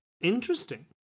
Interesting